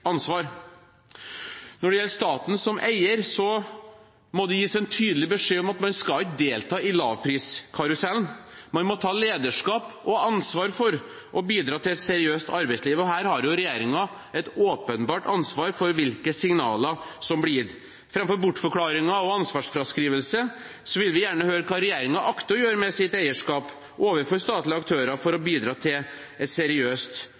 ansvar. Når det gjelder staten som eier, må det gis en tydelig beskjed om at man ikke skal delta i lavpriskarusellen. Man må ta lederskap og ansvar for å bidra til et seriøst arbeidsliv, og her har regjeringen et åpenbart ansvar for hvilke signaler som blir gitt. Framfor å få bortforklaringer og ansvarsfraskrivelse vil vi gjerne høre hva regjeringen akter å gjøre med sitt eierskap overfor statlige aktører for å bidra til et seriøst